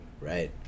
right